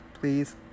Please